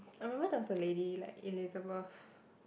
I remember there was a lady like Elizabeth